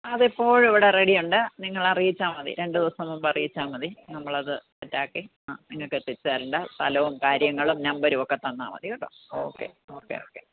അത് എപ്പോഴും ഇവിടെ റെഡിയുണ്ട് നിങ്ങൾ അറിയിച്ചാൽ മതി രണ്ട് ദിവസം മുമ്പ് അറിയിച്ചാൽ മതി നമ്മളത് സെറ്റാക്കി ആ നിങ്ങൾക്ക് എത്തിച്ചു തരേണ്ട സ്ഥലവും കാര്യങ്ങളും നമ്പരു ഒക്കെ തന്നാൽ മതി കേട്ടോ ഓക്കെ ഓക്കെ ഓക്കെ